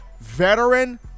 veteran